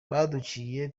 baduciye